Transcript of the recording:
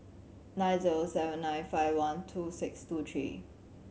nine zero seven nine five one two six two three